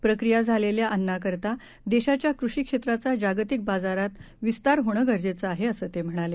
प्रक्रिया झालेल्या अन्नाकरता देशाच्या कृषीक्षेत्राचा जागतिक बाजारात विस्तार होणं गरजेचं आहे असं ते म्हणाले